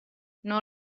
non